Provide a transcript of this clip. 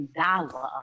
dollar